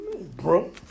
Bro